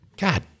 God